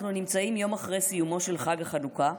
אנחנו נמצאים יום אחרי סיומו של חג החנוכה,